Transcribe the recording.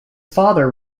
father